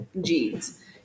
jeans